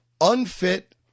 unfit